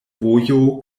vojo